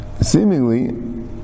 seemingly